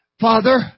Father